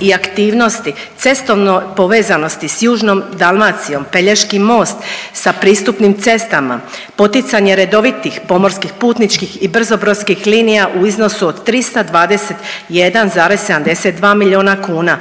i aktivnosti cestovne povezanosti s Južnom Dalmacijom, Pelješki most sa pristupnim cestama, poticanje redovitih pomorskih putničkih i brzo brodskih linija u iznosu od 321,72 milijuna kuna,